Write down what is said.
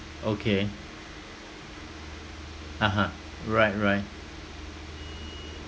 okay (uh huh) right right